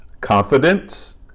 confidence